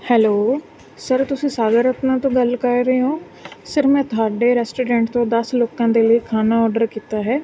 hello sir ਤੁਸੀਂ ਸਾਗਰ ਰਤਨਾ ਤੋਂ ਗੱਲ ਕਰ ਰਹੇ ਹੋ ਸਰ ਮੈਂ ਤੁਹਾਡੇ ਰੈਸਟੋਰੈਂਟ ਤੋਂ ਦਸ ਲੋਕਾਂ ਦੇ ਲਈ ਖਾਣਾ ਔਡਰ ਕੀਤਾ ਹੈ